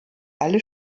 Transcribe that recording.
alle